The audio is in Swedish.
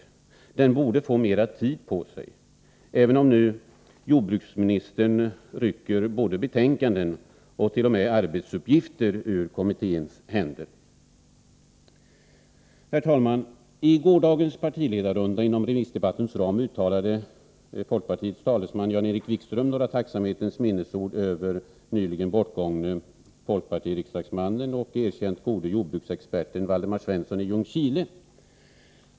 Kommittén borde få mera tid på sig, även om nu jordbruksministern rycker både betänkanden och t.o.m. arbetsuppgifter ur dess händer. Herr talman! I gårdagens partiledarrunda inom remissdebattens ram uttalade folkpartiets talesman Jan-Erik Wikström några tacksamhetens minnesord över den nyligen bortgångne folkpartiriksdagsmannen och erkänt gode jordbruksexperten Waldemar Svensson i Ljungskile.